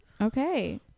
Okay